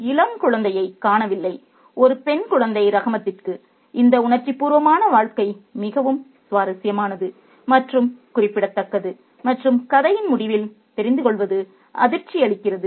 இளம் குழந்தையை காணவில்லை ஒரு பெண் குழந்தை ரஹாமத்துக்கு இந்த உணர்ச்சிபூர்வமான வாழ்க்கை மிகவும் சுவாரஸ்யமானது மற்றும் குறிப்பிடத்தக்கது மற்றும் கதையின் முடிவில் தெரிந்து கொள்வது அதிர்ச்சியளிக்கிறது